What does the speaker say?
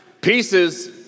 Pieces